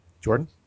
Jordan